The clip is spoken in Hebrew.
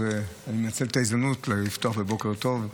אז אנצל את ההזדמנות לפתוח בבוקר טוב.